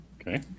okay